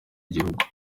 gihugu